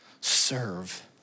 Serve